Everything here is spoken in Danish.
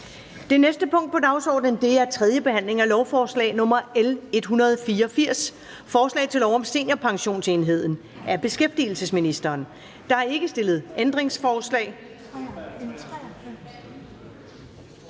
Det næste punkt på dagsordenen er: 6) 3. behandling af lovforslag nr. L 184: Forslag til lov om Seniorpensionsenheden. Af beskæftigelsesministeren (Peter Hummelgaard).